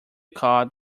cod